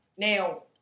Now